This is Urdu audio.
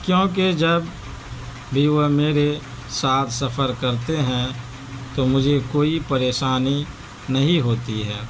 کیوں کہ جب بھی وہ میرے ساتھ سفر کرتے ہیں تو مجھے کوئی پریشانی نہیں ہوتی ہے